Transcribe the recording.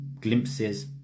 glimpses